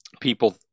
people